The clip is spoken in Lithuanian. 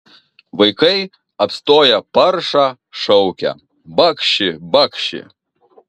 vaikai apstoję paršą šaukia bakši bakši